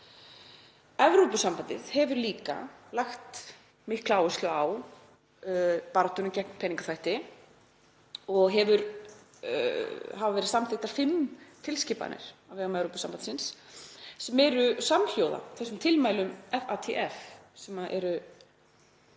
Evrópusambandið hefur líka lagt mikla áherslu á baráttu gegn peningaþvætti og hafa verið samþykktar fimm tilskipanir á vegum Evrópusambandsins sem eru samhljóða þessum tilmælum FATF, sem eru